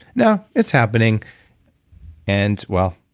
no. it's happening and well,